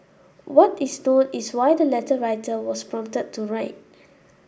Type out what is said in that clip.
what is known is why the letter writer was prompted to write